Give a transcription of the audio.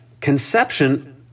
Conception